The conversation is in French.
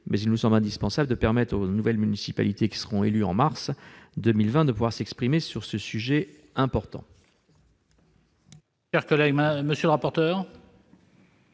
mais il nous semble indispensable de permettre aux nouvelles municipalités qui seront élues en mars 2020 de s'exprimer sur ce sujet important.